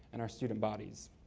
and our student bodies.